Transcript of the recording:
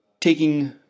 taking